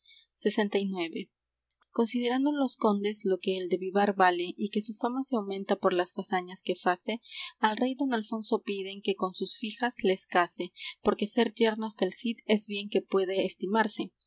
considerando los condes lo que el de vivar vale y que su fama se aumenta por las fazañas que face al rey don alfonso piden que con sus fijas les case porque ser yernos del cid es bien que puede estimarse